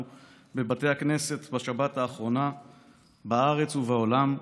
בבתי הכנסת בשבת האחרונה בארץ ובעולם.